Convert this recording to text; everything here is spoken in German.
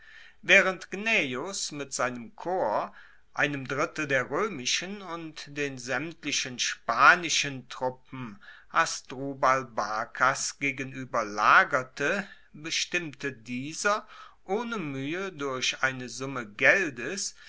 waehrend gnaeus mit seinem korps einem drittel der roemischen und den saemtlichen spanischen truppen hasdrubal barkas gegenueber lagerte bestimmte dieser ohne muehe durch eine summe geldes